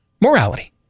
Morality